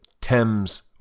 Thames